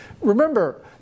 Remember